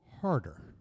harder